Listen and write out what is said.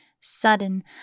sudden